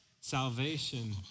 salvation